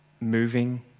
moving